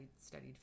studied